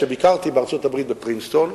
כאשר ביקרתי בפרינסטון שבארצות-הברית,